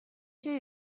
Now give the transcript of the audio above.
جای